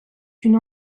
une